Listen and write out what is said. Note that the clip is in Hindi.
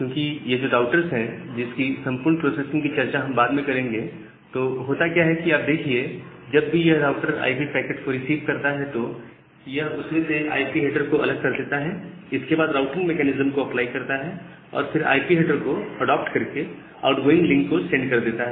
क्योंकि यह जो राउटर्स है जिसकी संपूर्ण प्रोसेसिंग की चर्चा हम बाद में करेंगे तो होता क्या है कि आप देखिए जब भी यह राउटर आईपी पैकेट को रिसीव करता है तो यह उसमें से आईपी हेडर को अलग कर देता है इसके बाद राउटिंग मेकैनिज्म को अप्लाई करता है और फिर आईपी हेडर को अडॉप्ट करके आउटगोइंग लिंक को सेंड कर देता है